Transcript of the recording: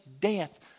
death